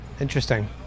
Interesting